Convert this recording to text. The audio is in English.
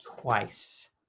twice